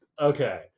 Okay